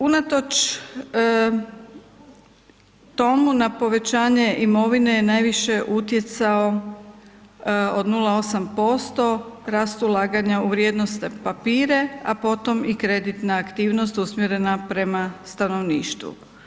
Unatoč tomu na povećanje imovine najviše je utjecao od 0,8% rast ulaganja u vrijednosne papire, a potom i kreditna aktivnosti usmjerena prema stanovništvu.